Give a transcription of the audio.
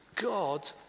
God